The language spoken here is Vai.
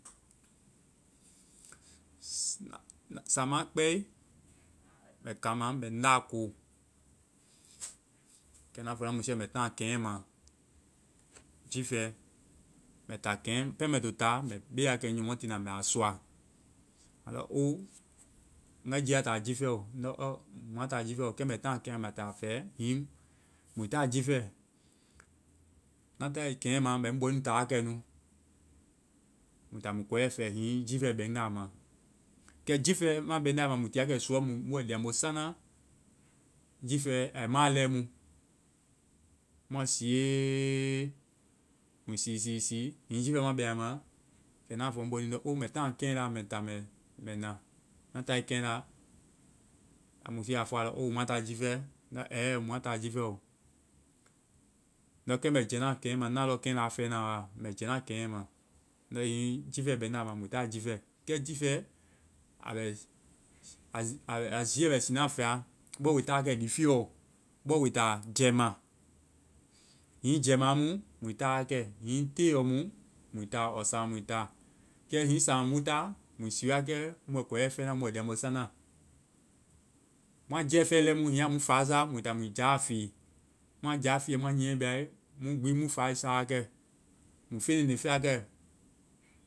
Samaa kpɛe, mbɛ kama mbɛ ŋ la ko. Kɛ ŋna fɔ ŋna musiɛ ye mbɛ tana kɛnyɛma jiifɛ. Mbɛ ta kɛn-pɛŋ mbɛ to ta, mbɛ be wa kɛ ŋ nyɔmɔ tiina mbɛ a suua.